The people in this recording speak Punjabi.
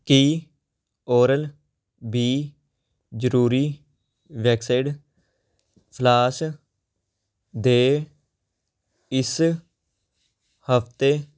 ਕੀ ਔਰਲਬੀ ਜ਼ਰੂਰੀ ਵੈਕਸਡ ਫਲਾਸ ਦੇ ਇਸ ਹਫ਼ਤੇ